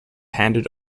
handed